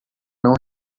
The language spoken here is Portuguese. não